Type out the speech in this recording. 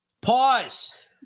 Pause